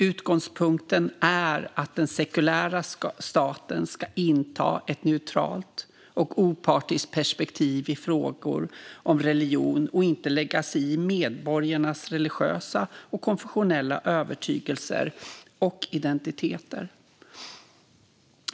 Utgångspunkten är att den sekulära staten ska inta ett neutralt och opartiskt perspektiv i frågor om religion och inte lägga sig i medborgarnas religiösa och konfessionella övertygelser och identiteter.